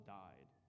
died